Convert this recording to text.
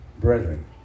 brethren